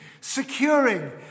securing